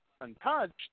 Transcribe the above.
untouched